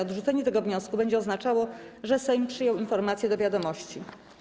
Odrzucenie tego wniosku będzie oznaczało, że Sejm przyjął informację do wiadomości.